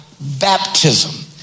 baptism